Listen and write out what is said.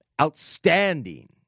outstanding